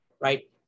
Right